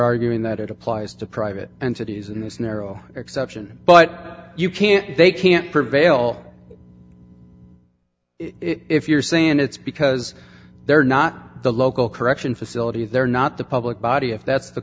arguing that it applies to private entities in this narrow exception but you can't they can't prevail if you're saying it's because they're not the local correction facility they're not the public body if that's the